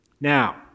Now